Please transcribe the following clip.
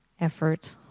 effort